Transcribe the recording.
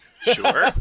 Sure